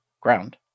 ground